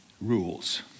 rules